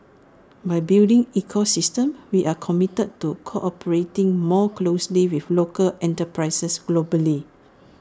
by building ecosystem we are committed to cooperating more closely with local enterprises globally